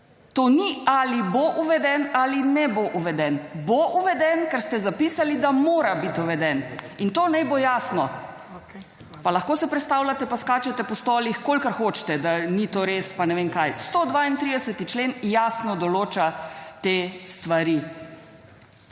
To ni, ali bo uveden ali ne bo uveden. Bo uveden, ker ste zapisali, da mora bit uveden in to naj bo jasno. Pa lahko se prestavljate, pa skačete po stolih, kolikor hočete, da ni to res, pa ne vem kaj. 132. člen jasno določa te stvari.